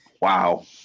Wow